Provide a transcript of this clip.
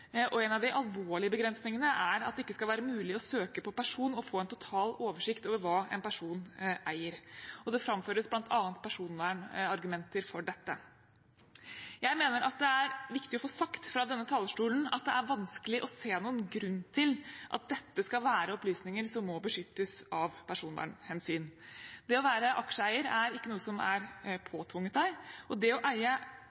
og en av de alvorlige begrensningene er at det ikke skal være mulig å søke på en person og få en total oversikt over hva personen eier. Det framføres bl.a. personvernargumenter for dette. Jeg mener det er viktig å få sagt fra denne talerstolen at det er vanskelig å se noen grunn til at dette skal være opplysninger som må beskyttes av personvernhensyn. Det å være aksjeeier er ikke noe som er påtvunget noen, og det å eie